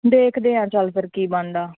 ਦੇਖਦੇ ਹਾਂ ਚੱਲ ਫਿਰ ਕੀ ਬਣਦਾ